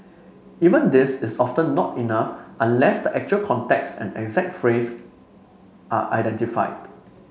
even this is often not enough unless the actual context and exact phrase are identified